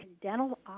Dental